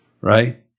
right